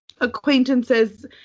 acquaintances